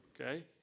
okay